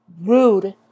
rude